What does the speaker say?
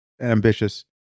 ambitious